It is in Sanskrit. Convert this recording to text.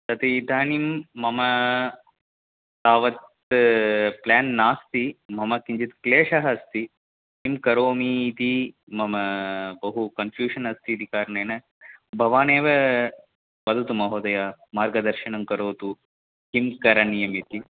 तद् इदानीं मम तावत् प्लेन् नास्ति मा किञ्चित् क्लेशः अस्ति किं करोमि इति मम बहु कन्फ़्यूशन् अस्ति इति कारणेन भवानेव वदतु महोदय मार्गदर्शनं करोतु किं करणीयम् इति